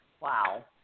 Wow